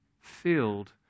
filled